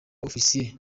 ofisiye